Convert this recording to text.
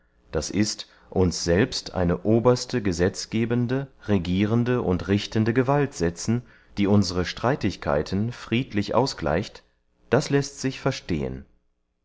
d i uns selbst eine oberste gesetzgebende regierende und richtende gewalt setzen die unsere streitigkeiten friedlich ausgleicht das läßt sich verstehen